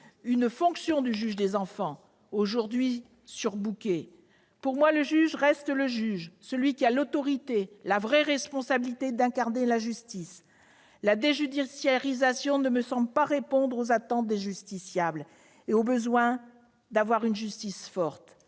confie pourtant au juge des enfants, aujourd'hui surchargé de travail. Pour moi le juge reste le juge, celui qui exerce l'autorité, qui a la responsabilité d'incarner la justice. La déjudiciarisation ne me semble pas répondre aux attentes des justiciables et au besoin d'une justice forte.